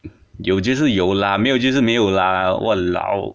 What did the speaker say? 有就是有啦没有就是没有啦 !walao!